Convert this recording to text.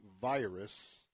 virus